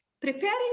preparing